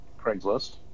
craigslist